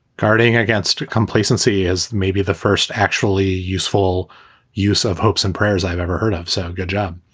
guarding against complacency as maybe the first actually useful use of hopes and prayers i've ever heard of so good job